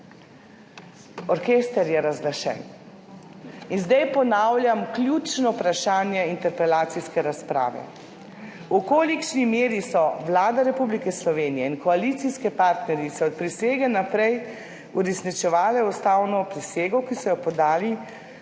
Orkester je razglašen. In zdaj ponavljam ključno vprašanje interpelacijske razprave. V kolikšni meri so Vlada Republike Slovenije in koalicijske partnerice od prisege naprej uresničevale ustavno prisego, ki so jo podali